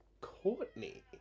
Courtney